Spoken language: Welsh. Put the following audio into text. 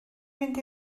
fynd